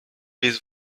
this